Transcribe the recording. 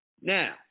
Now